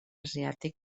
asiàtic